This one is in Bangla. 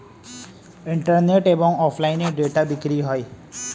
ইন্টারনেটে এবং অফলাইনে ডেটা বিক্রি হয়